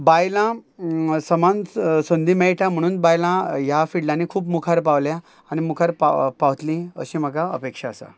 बायलां समान स संदी मेळटा म्हणून बायलां ह्या फिल्डांनी खूब मुखार पावल्या आनी मुखार पाव पावतलीं अशी म्हाका अपेक्षा आसा